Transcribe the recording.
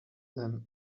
them